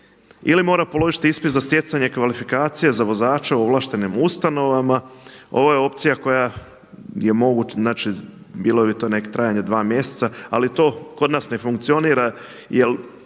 ili mora položiti ispit za stjecanje kvalifikacije vozača u ovlaštenim ustanovama. Ovo je opcija koja je moguća, bilo bi to trajanje neka dva mjeseca ali to kod nas ne funkcionira